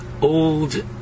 old